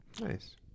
nice